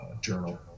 journal